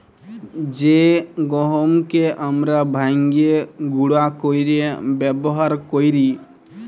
জ্যে গহমকে আমরা ভাইঙ্গে গুঁড়া কইরে ব্যাবহার কৈরি